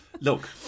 Look